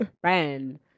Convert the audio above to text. friend